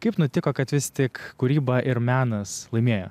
kaip nutiko kad vis tik kūryba ir menas laimėjo